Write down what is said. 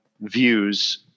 views